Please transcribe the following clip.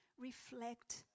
reflect